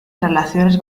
relaciones